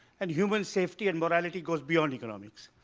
and human safety and morality goes beyond economics.